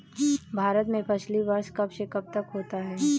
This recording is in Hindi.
भारत में फसली वर्ष कब से कब तक होता है?